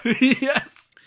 Yes